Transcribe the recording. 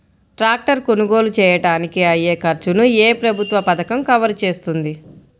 Tractor కొనుగోలు చేయడానికి అయ్యే ఖర్చును ఏ ప్రభుత్వ పథకం కవర్ చేస్తుంది?